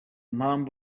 mpamvu